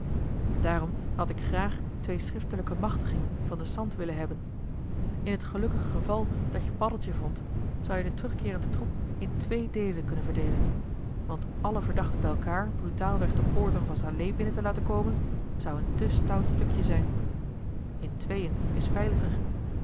daarom had ik graag twee schriftelijke machtigingen van den sant willen hebben in het gelukkige geval dat je paddeltje vond zou-je den terugkeerenden troep in twee deelen kunnen verdeelen want alle verdachten bij elkaar brutaalweg de poorten van salé binnen te laten komen zou een te stout stukje zijn in tweeën is veiliger